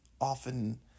often